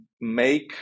make